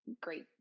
great